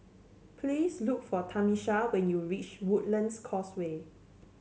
please look for Tamisha when you reach Woodlands Causeway